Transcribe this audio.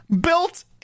built